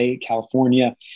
California